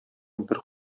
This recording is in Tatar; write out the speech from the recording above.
бер